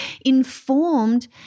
informed